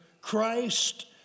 Christ